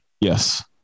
Yes